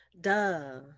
Duh